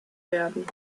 werden